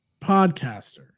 podcaster